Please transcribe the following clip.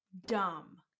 dumb